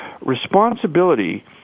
Responsibility